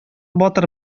батыр